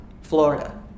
Florida